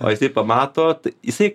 o jisai pamato jisai